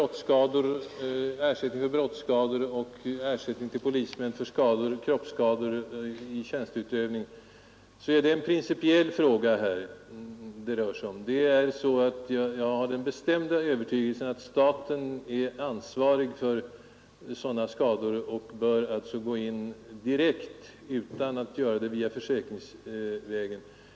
Beträffande ersättning för brottsskador och ersättning till polismän för kroppsskador vid tjänsteutövning är dessa frågor av principiell natur. Jag har den bestämda övertygelsen att staten i nuläget bör vara ansvarig för ersättning för sådana skador och bör gå in direkt utan att göra det försäkringsvägen.